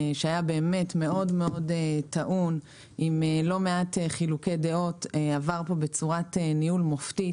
שהיה מאוד-מאוד טעון עם לא מעט חילוקי דעות עבר פה בצורת ניהול מופתית.